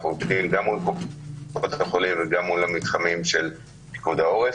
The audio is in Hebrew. אנחנו עובדים גם מול קופות החולים וגם מול המתחמים של פיקוד העורף.